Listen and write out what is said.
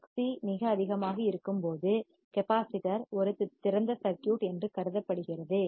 XC Xc மிக அதிகமாக இருக்கும்போது மின்தேக்கி கெப்பாசிட்டர் ஒரு திறந்த சர்க்யூட் என்று கருதப்படுகிறது